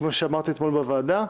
כמו שאמרתי אתמול בוועדה.